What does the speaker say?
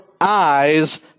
eyes